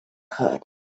heard